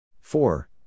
Four